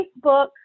Facebook